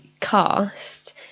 cast